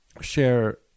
share